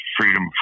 freedom